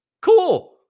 cool